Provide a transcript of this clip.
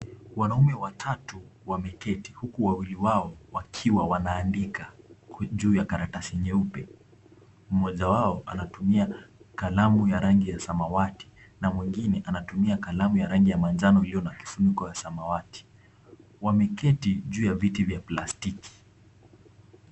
Wnaume watatu wameketi huku wawili wakiwa wanaandika juu ya karatasi nyeupe .Mmoja wao anatumia kalamu ya rangi ya samawati na mwingine anatumia kalamu ya rangi ya manjano iliyo na kifuniko ya samawati. Wameketi juu ya viti vya plastiki.